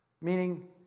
meaning